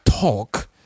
talk